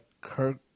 Kirk